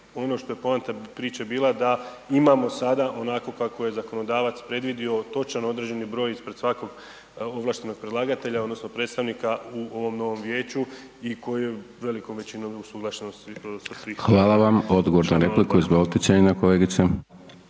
ono što je poanta priče bila da imamo sada onako kako je zakonodavac predvidio, točan određeni broj ispred svakog ovlaštenog predlagatelja odnosno predstavnika u ovom novom vijeću i koji velikom većinom .../Govornik se ne razumije./...